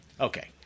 Okay